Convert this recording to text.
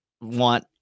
want